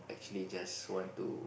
actually just want to